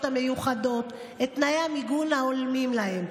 מיוחדות את תנאי המיגון ההולמים עבורן.